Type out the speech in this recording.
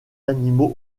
animaux